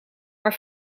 maar